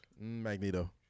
Magneto